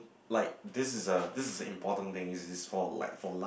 like this is a this is an important thing it is for like for like